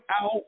out